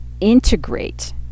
integrate